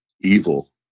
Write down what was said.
evil